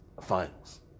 finals